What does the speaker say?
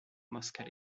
moscas